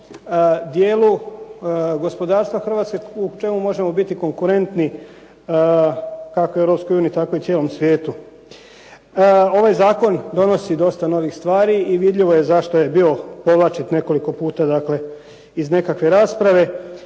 dijelu gospodarstva Hrvatske u čemu možemo biti konkurentni kako EU tako i cijelom svijetu. Ovaj zakon donosi dosta novih stvari i vidljivo je zašto je bio povlačen nekoliko puta, dakle iz nekakve rasprave.